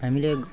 हामीले